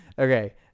Okay